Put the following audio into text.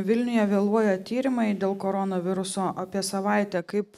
vilniuje vėluoja tyrimai dėl koronaviruso apie savaitę kaip